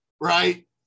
right